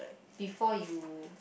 before you